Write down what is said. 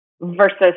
Versus